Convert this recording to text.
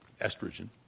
estrogen